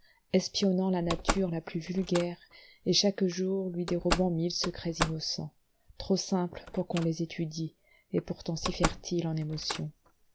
espionnant la nature la plus vulgaire et chaque jour lui dérobant mille secrets innocents trop simples pour qu'on les étudie et pourtant si fertiles en émotions